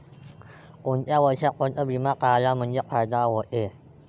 कोनच्या वर्षापर्यंत बिमा काढला म्हंजे फायदा व्हते?